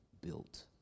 built